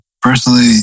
personally